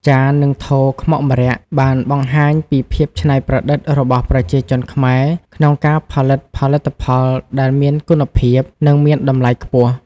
ចាន និងថូខ្មុកម្រ័ក្សណ៍បានបង្ហាញពីភាពច្នៃប្រឌិតរបស់ប្រជាជនខ្មែរក្នុងការផលិតផលិតផលដែលមានគុណភាព និងមានតម្លៃខ្ពស់។